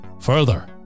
Further